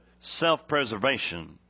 self-preservation